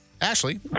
Ashley